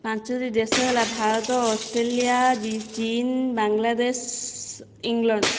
ପାଞ୍ଚଟି ଦେଶ ହେଲା ଭାରତ ଅଷ୍ଟ୍ରେଲିଆ ଚୀନ ବାଂଲାଦେଶ ଇଂଲଣ୍ଡ